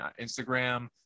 Instagram